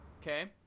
Okay